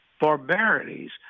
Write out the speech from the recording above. barbarities